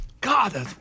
God